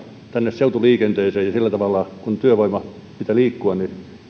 seutuliikenteeseen ja kun työvoiman pitää liikkua